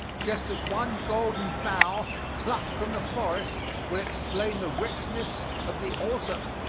just as one golden bough plucked from the forest will explain the richness of the autumn.